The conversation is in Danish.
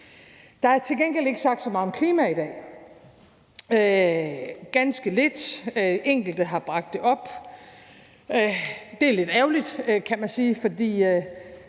Der er til gengæld ikke sagt så meget om klima i dag – ganske lidt. Enkelte har bragt det op. Det er lidt ærgerligt, kan man sige, fordi